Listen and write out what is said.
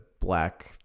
black